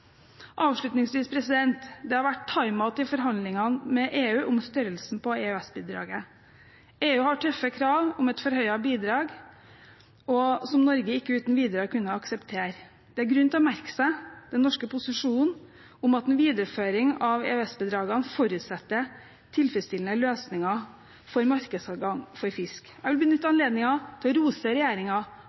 Avslutningsvis: Det har vært time-out i forhandlingene med EU om størrelsen på EØS-bidraget. EU har tøffe krav om et forhøyet bidrag, som Norge ikke uten videre har kunnet akseptere. Det er grunn til å merke seg den norske posisjonen om at en videreføring av EØS-bidragene forutsetter tilfredsstillende løsninger for markedsadgang for fisk. Jeg vil benytte anledningen til å rose